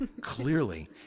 Clearly